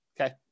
okay